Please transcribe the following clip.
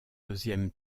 deuxième